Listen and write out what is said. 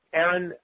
Aaron